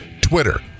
Twitter